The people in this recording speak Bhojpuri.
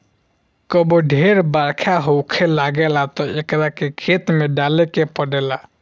कबो ढेर बरखा होखे लागेला तब एकरा के खेत में डाले के पड़ेला